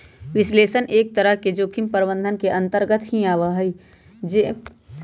विश्लेषण एक तरह से जोखिम प्रबंधन के अन्तर्गत भी आवा हई